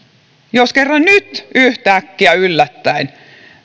jos kerran nyt yhtäkkiä yllättäen